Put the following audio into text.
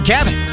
Cabin